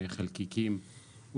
חלקיקים,